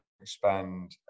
expand